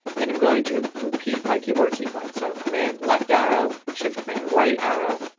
then i'm going to repeat my keyboard sequence. so command left arrow, shift command right arrow,